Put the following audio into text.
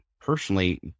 personally